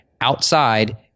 outside